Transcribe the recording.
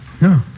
No